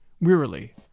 wearily